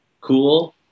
cool